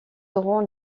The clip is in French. aurons